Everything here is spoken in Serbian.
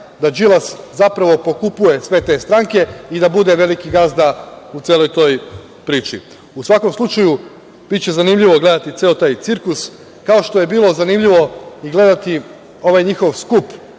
da Đilas zapravo pokupuje sve te stranke i da bude veliki gazda u celoj toj priči.U svakom slučaju, biće zanimljivo gledati ceo taj cirkus, kao što je bilo zanimljivo i gledati ovaj njihov skup